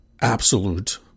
absolute